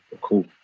cool